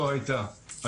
לא הייתה אף תכנית,